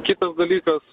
kitas dalykas